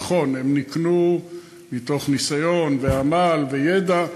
נכון, הן נקנו מתוך ניסיון ועמל וידע,